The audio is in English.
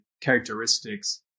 characteristics